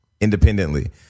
independently